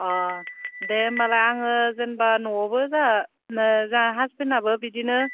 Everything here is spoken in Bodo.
अ दे होनबालाय आङो जेनेबा न'आवबो जोंहा हासबेन्दआबो बिदिनो